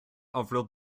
orville